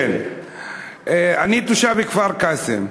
אני תושב כפר-קאסם.